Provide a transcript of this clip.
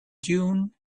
dune